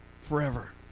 forever